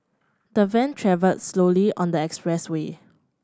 the van travelled slowly on the expressway